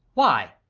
why?